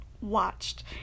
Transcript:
watched